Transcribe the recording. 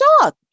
dog